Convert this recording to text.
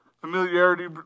familiarity